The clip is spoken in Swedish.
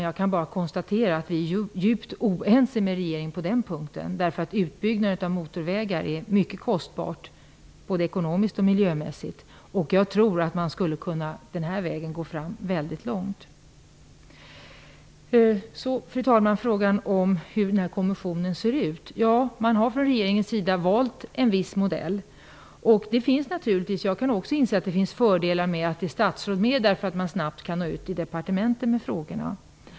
Jag kan bara konstatera att vi är djupt oense med regeringen på den punkten. Utbyggnaden av motorvägar är mycket kostbar, både ekonomiskt och miljömässigt. Jag tror att man skulle kunna gå fram väldigt långt på den här vägen. Fru talman! Så till frågan om hur den här kommissionen ser ut. Regeringen har valt en viss modell. Jag kan också inse att det finns fördelar med att statsråd finns med. Då kan man snabbt nå ut till departementen med frågorna.